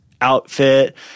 outfit